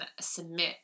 submit